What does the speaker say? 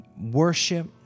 worship